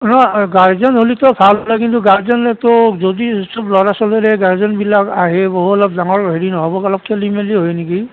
অঁ গাৰ্জেন হ'লেতো ভাল হ'লে কিন্তু গাৰ্জেন হ'লেতো যদি সব ল'ৰা ছোৱালীৰে গাৰ্জেনবিলাক আহে অলপ ডাঙৰ হেৰি নহ'ব অলপ খেলি মেলি হয় নেকি